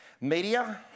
Media